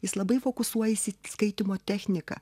jis labai fokusuojantis į skaitymo techniką